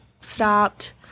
stopped